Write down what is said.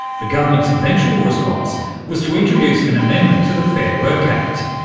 the government's eventual response was to introduce an amendment to the fair work act,